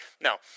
Now